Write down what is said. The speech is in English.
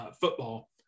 football